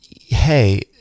hey